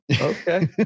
Okay